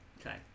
Okay